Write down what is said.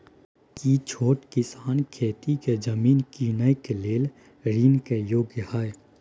की छोट किसान खेती के जमीन कीनय के लेल ऋण के योग्य हय?